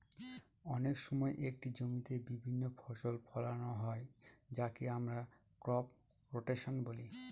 অনেক সময় একটি জমিতে বিভিন্ন ফসল ফোলানো হয় যাকে আমরা ক্রপ রোটেশন বলি